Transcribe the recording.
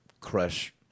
crush